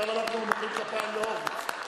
עכשיו אנחנו מוחאים כפיים להורוביץ.